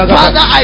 father